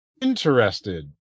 interested